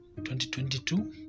2022